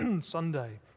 Sunday